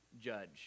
judge